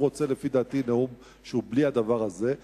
והוא רוצה לפי דעתי נאום שהוא בלי הדבר הזה.